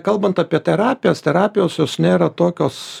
kalbant apie terapijas terapijos jos nėra tokios